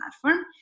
platform